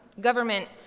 government